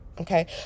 Okay